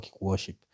worship